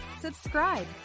subscribe